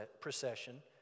procession